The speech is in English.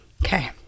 Okay